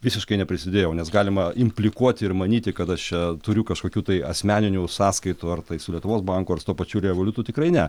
visiškai neprisidėjau nes galima implikuoti ir manyti kad aš čia turiu kažkokių tai asmeninių sąskaitų ar tai su lietuvos banku ir tuo pačiu revoliutu tikrai ne